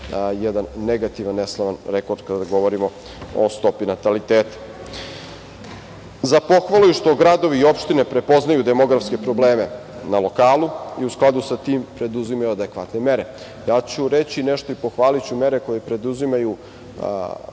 jedan negativan, neslavan rekord kada govorimo o stopi nataliteta. Za pohvalu je i što gradovi i opštine prepoznaju demografske probleme na lokalu i u skladu sa tim preduzimaju adekvatne mere. Reći ću nešto i pohvaliću mere koje preduzimaju